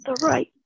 right